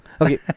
Okay